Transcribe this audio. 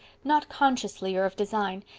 not consciously or of design,